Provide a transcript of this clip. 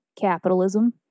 capitalism